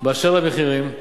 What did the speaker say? אשר למחירים,